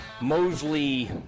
Mosley